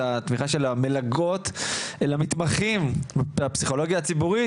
התמיכה של המלגות למתמחים בפסיכולוגיה הציבורית,